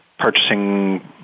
Purchasing